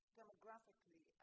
demographically